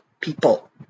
people